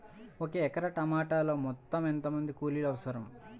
ఒక ఎకరా టమాటలో మొత్తం ఎంత మంది కూలీలు అవసరం?